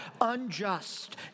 unjust